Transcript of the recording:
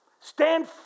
stand